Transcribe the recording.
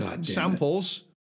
samples